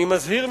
אני מזהיר מכך,